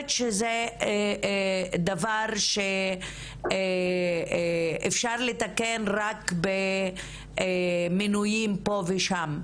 שזה דבר שאפשר לתקן רק במינויים פה ושם.